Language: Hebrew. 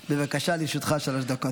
בבקשה, לרשותך שלוש דקות.